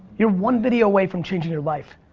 you're one video away from changing your life.